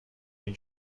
این